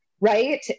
right